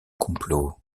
complot